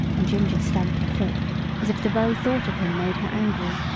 and ginger stamped her foot as if the very thought of him made her angry.